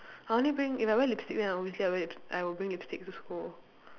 I only bring if I wear lipstick then obviously I wear I will bring lipstick to school